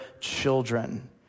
children